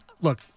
Look